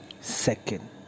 Second